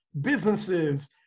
businesses